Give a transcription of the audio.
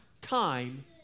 time